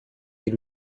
des